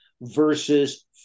versus